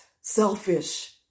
selfish